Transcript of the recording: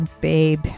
babe